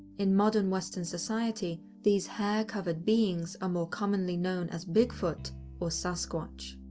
in modern western society, these hair-covered beings are more commonly known as bigfoot or sasquatch.